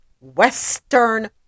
Western